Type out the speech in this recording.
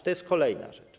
To jest kolejna rzecz.